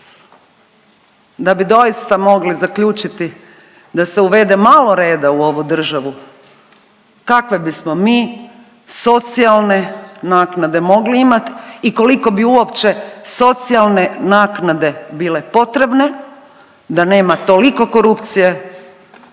da bi doista mogli zaključiti da se uvede malo reda u ovu državu kakve bismo mi socijalne naknade mogli imati i koliko bi uopće socijalne naknade bile potrebne da nema toliko korupcije,